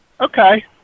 Okay